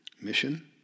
Mission